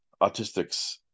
autistics